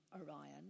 Orion